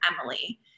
Emily